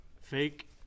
Fake